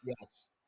Yes